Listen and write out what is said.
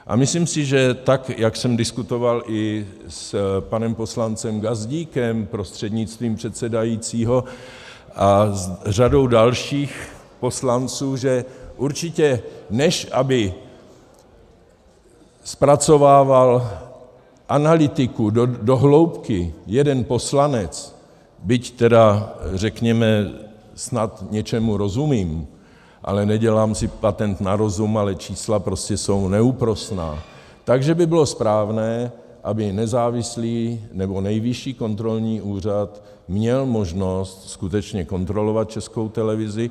A myslím si, že tak jak jsem diskutoval i s panem poslancem Gazdíkem prostřednictvím předsedajícího a řadou dalších poslanců, že určitě než aby zpracovával analytiku do hloubky jeden poslanec, byť řekněme snad něčemu rozumím, ale nedělám si patent na rozum, ale čísla jsou neúprosná, tak že by bylo správné, aby nezávislý nebo Nejvyšší kontrolní úřad měl možnost skutečně kontrolovat Českou televizi.